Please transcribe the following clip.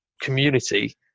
community